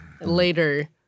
later